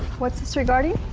what's this regarding?